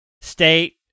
state